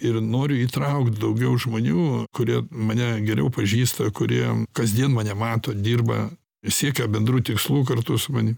ir noriu įtraukt daugiau žmonių kurie mane geriau pažįsta kurie kasdien mane mato dirba siekia bendrų tikslų kartu su mani